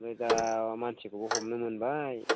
ओमफ्राय दा मानसिखौबो हमनो मोनबाय